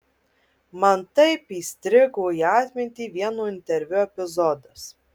man taip įstrigo į atmintį vieno interviu epizodas